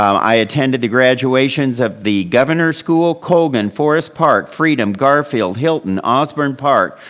um i attended the graduations at the governor's school, colgan, forest park, freedom, gar-field, hylton, osbourn park,